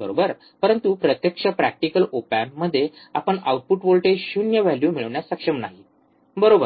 बरोबर परंतु प्रत्यक्ष प्रॅक्टिकल ओप एम्पमध्ये आपण आउटपुट व्होल्टेज शून्य व्हॅल्यू मिळविण्यास सक्षम नाही बरोबर